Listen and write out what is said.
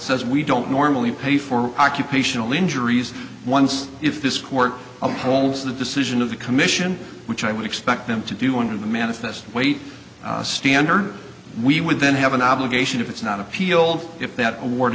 says we don't normally pay for occupational injuries once if this court upholds the decision of the commission which i would expect them to do under the manifest weight standard we would then have an obligation if it's not appeal if that award